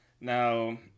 Now